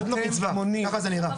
אתם מונעים.